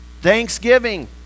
thanksgiving